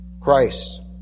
Christ